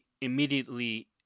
immediately